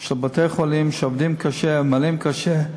של בתי-החולים, שעובדים קשה, עמלים קשה,